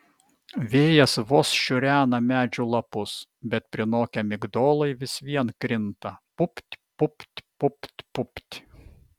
vėjas vos šiurena medžių lapus bet prinokę migdolai vis vien krinta pupt pupt pupt pupt